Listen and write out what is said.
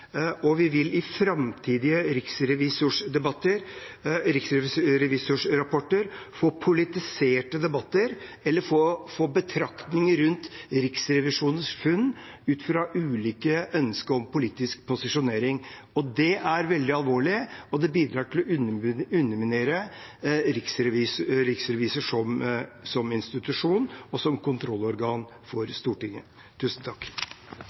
og vi vil i forbindelse med framtidige riksrevisjonsrapporter få politiserte debatter eller betraktninger rundt Riksrevisjonens funn ut fra ulike ønsker om politisk posisjonering. Det er veldig alvorlig, og det bidrar til å underminere Riksrevisjonen som institusjon og som kontrollorgan